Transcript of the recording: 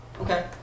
Okay